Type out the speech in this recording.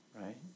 Right